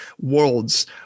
worlds